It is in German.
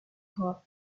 korb